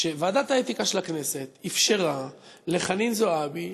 שוועדת האתיקה של הכנסת אפשרה לחנין זועבי